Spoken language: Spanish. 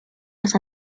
los